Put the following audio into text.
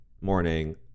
morning